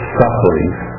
sufferings